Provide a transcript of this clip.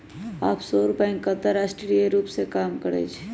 offshore bank अंतरराष्ट्रीय रूप से काम करइ छइ